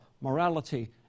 morality